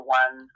one